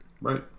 Right